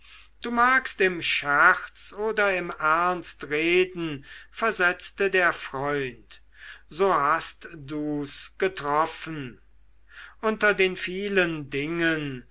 du magst im scherz oder im ernst reden versetzte der freund so hast du's getroffen unter den vielen dingen